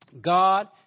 God